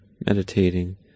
meditating